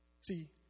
See